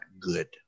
good